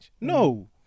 No